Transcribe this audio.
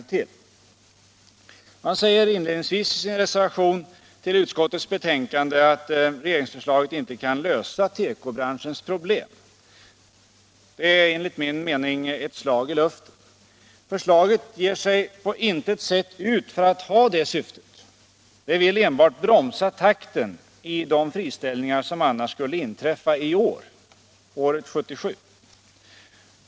Socialdemokraterna säger inledningsvis i sin reservation till utskottets betänkande att regeringsförslaget inte kan lösa tekobranschens problem. Det är enligt min mening ett slag i luften. Förslaget ger sig på intet sätt ut för att ha det syftet. Det vill enbart bromsa takten i de friställningar som annars skulle inträffa i år.